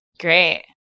great